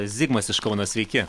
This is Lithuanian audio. zigmas iš kauno sveiki